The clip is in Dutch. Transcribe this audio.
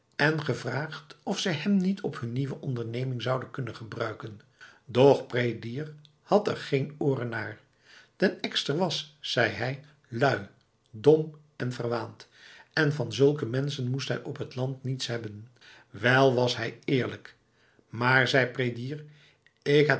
en gevraagd of zij hem niet op hun nieuwe onderneming zouden kunnen gebruiken doch prédier had er geen oren naar den ekster was zei hij lui dom en verwaand en van zulke mensen moest hij op het land niets hebben wel was hij eerlijk maar zei prédier ik heb